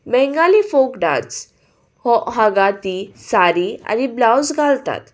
Bengali फोकोक dance हो हांगा ती सडी आनी ब्लावज घालतात